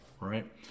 right